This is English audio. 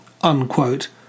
unquote